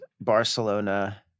Barcelona